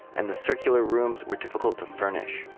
and the circular rooms were difficult to furnish.